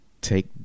take